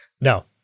No